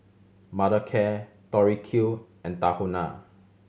Mothercare Tori Q and Tahuna